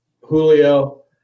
Julio